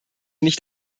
nicht